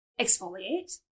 exfoliate